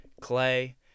Clay